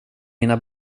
mina